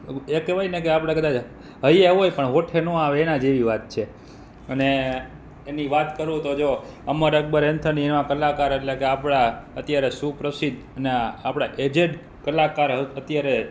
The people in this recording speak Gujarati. જે કહેવાય ને કે આપણે કદાચ હૈયે હોય પણ હોઠે ના આવે એના જેવી વાત છે અને એની વાત કરું તો જો અમર અકબર એન્થોનીમાં કલાકાર એટલે કે આપણા અત્યારે સુપ્રસિધ્ધ અને આપણા એજેડ કલાકાર અત્યારે